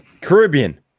Caribbean